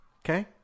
Okay